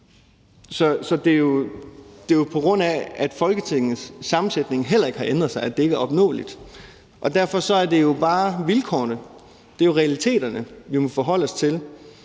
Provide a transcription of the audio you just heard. Så det er jo, på grund af at Folketingets sammensætning heller ikke har ændret sig, at det ikke er opnåeligt, og derfor er det bare vilkårene. Det er jo realiteterne, vi må forholde os til,